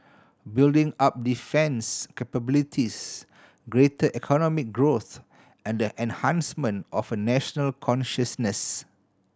building up defence capabilities greater economic growth and the enhancement of a national consciousness